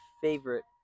favorite